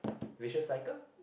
vicious cycle